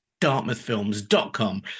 dartmouthfilms.com